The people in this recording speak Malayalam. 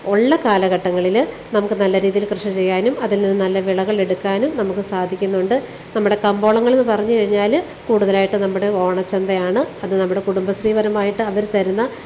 ഉള്ള കാലഘട്ടങ്ങളിൽ നമുക്ക് നല്ല രീതിയിൽ കൃഷി ചെയ്യാനും അതില് നിന്നും നല്ല വിളകൾ എടുക്കാനും നമുക്ക് സാധിക്കുന്നുണ്ട് നമ്മുടെ കമ്പോളങ്ങളെന്നു പറഞ്ഞു കഴിഞ്ഞാൽ കൂടുതലായിട്ട് നമ്മുടെ ഓണച്ചന്തയാണ് അത് നമ്മുടെ കുടുംബശ്രീപരമായിട്ട് അവർ തരുന്ന